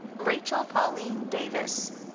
rachel pauline davis.